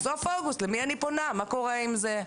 בסוף אוגוסט למי אני פונה לדעת מה קורה עם זה,